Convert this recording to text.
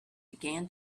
began